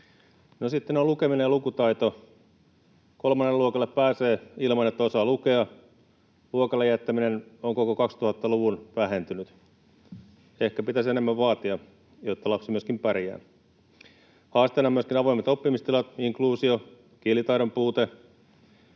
sitten on lukeminen ja lukutaito. Kolmannelle luokalle pääsee ilman, että osaa lukea. Luokalle jättäminen on koko 2000-luvun vähentynyt. Ehkä pitäisi enemmän vaatia, jotta lapsi myöskin pärjää. Haasteena ovat myöskin avoimet oppimistilat, inkluusio ja kielitaidon puute.